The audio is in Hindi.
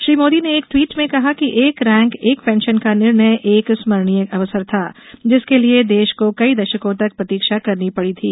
श्री मोदी ने एक ट्वीट में कहा कि एक रैंक एक पेंशन का निर्णय एक स्मरणीय अवसर था जिसके लिए देश को कई दशकों तक प्रतीक्षा करनी पड़ी थी